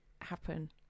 happen